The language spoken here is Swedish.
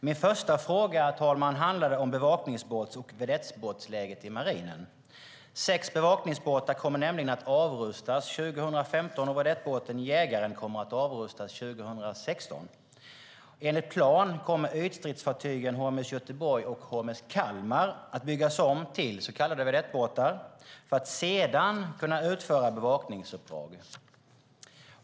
Min första fråga, herr talman, handlade om läget för bevakningsbåtar och vedettbåtar i marinen. Sex bevakningsbåtar kommer nämligen att avrustas 2015 och vedettbåten Jägaren 2016. Enligt plan kommer ytstridsfartygen HMS Göteborg och HMS Kalmar att byggas om till så kallade vedettbåtar för att sedan kunna utföra bevakningsuppdrag.